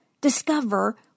discover